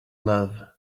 love